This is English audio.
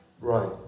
Right